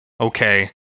Okay